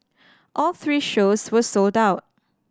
all three shows were sold out